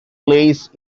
plays